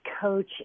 coach